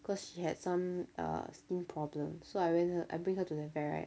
cause she had some uh skin problem so I bring her I bring her to the vet right